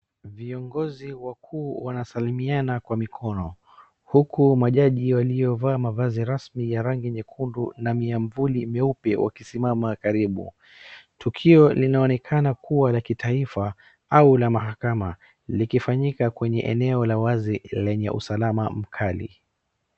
Viongozi wakuu wanasalimiana kwa mikono uku majaji waliovaa mavazi rasmi ya rangi nyekundu na miavuli mieupe wakisimama karibu. Tukio linaonekana kuwa la kitaifa au la mahakama likifanyika kwenye eneo la wazi lenye usalama mkali.